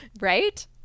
Right